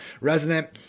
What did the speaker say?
resident